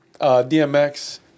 DMX